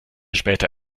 später